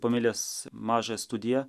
pamilęs mažą studiją